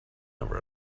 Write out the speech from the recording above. never